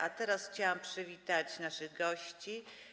A teraz chciałam przywitać naszych gości.